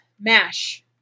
MASH